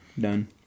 Done